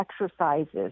exercises